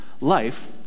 Life